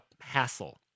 hassle